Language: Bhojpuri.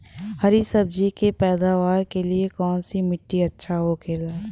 हरी सब्जी के पैदावार के लिए कौन सी मिट्टी अच्छा होखेला?